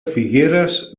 figueres